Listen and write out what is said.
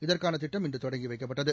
இதற்கான திட்டம் இன்று தொடங்கி வைக்கப்பட்டது